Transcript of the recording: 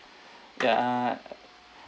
ya